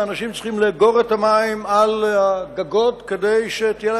ואני שואל את השרים על התקציבים שאושרו,